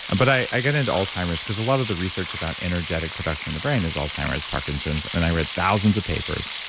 and but i got into alzheimer's because a lot of the research about energetic production of and the brain is alzheimer's, parkinson's. and i read thousands of papers.